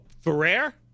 Ferrer